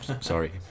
Sorry